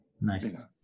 Nice